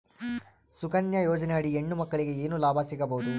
ಸುಕನ್ಯಾ ಯೋಜನೆ ಅಡಿ ಹೆಣ್ಣು ಮಕ್ಕಳಿಗೆ ಏನ ಲಾಭ ಸಿಗಬಹುದು?